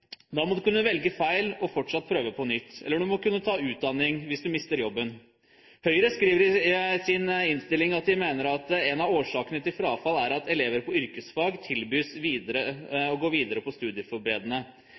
Da må man kunne velge feil og fortsatt prøve på nytt. Eller man må kunne ta utdanning hvis man mister jobben. Høyre skriver i innstillingen at de mener at en av årsakene til frafall er at elever på yrkesfag tilbys å gå videre